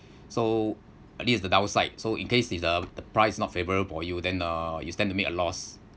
so this is the downside so in case it's uh th~ the price not favourable for you then uh you stand to make a loss